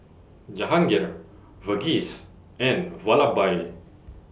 Jahangir Verghese and Vallabhbhai